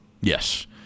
Yes